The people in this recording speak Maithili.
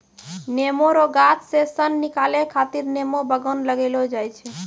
नेमो रो गाछ से सन निकालै खातीर नेमो बगान लगैलो जाय छै